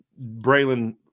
Braylon